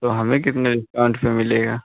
तो हमें कितने डिस्काउन्ट पर मिलेगा